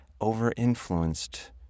over-influenced